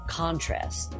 contrast 。